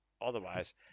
otherwise